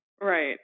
Right